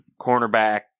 cornerback